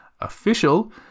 official